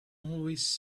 always